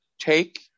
take